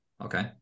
Okay